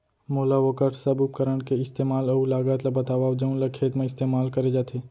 मोला वोकर सब उपकरण के इस्तेमाल अऊ लागत ल बतावव जउन ल खेत म इस्तेमाल करे जाथे?